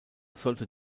sollte